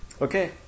Okay